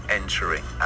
entering